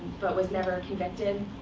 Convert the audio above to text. but was never convicted,